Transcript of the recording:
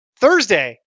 Thursday